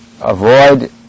avoid